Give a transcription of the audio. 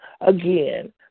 again